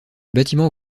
bâtiment